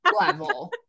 level